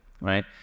right